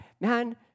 man